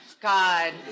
God